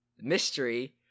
mystery